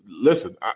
Listen